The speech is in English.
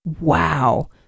Wow